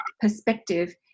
perspective